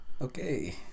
Okay